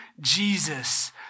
Jesus